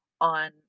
on